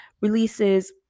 releases